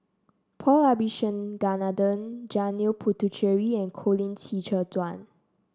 Paul Abisheganaden Janil Puthucheary and Colin Qi Zhe Quan